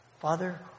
Father